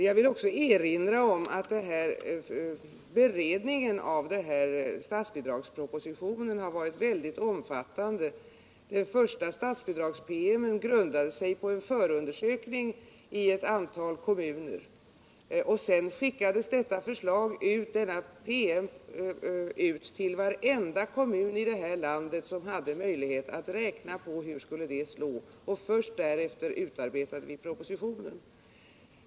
Jag vill också erinra om att beredningen av den här statsbidragspropositionen varit mycket omfattande. Den första statsbidragspromemorian grundade sig på en förundersökning i ett antal kommuner. Sedan skickades denna promemoria ut till varenda kommun i det här landet som hade möjlighet att räkna på hur förslaget skulle slå. och först därefter utarbetade vi propositionen.